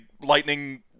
lightning